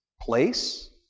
place